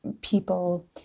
People